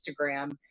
Instagram